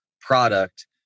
product